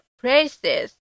places